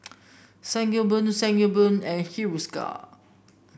Sangobion Sangobion and Hiruscar